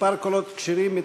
מספר הקולות הכשרים,